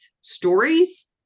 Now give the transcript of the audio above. stories